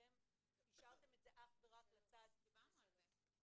אתם אישרתם את זה אך ורק לצד --- דיברנו על זה,